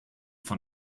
von